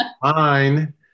fine